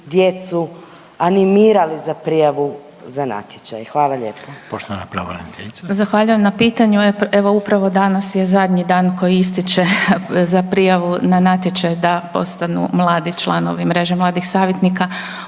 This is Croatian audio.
djecu animirali za prijavu za natječaj? Hvala lijepo.